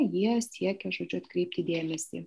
jie siekia žodžiu atkreipti dėmesį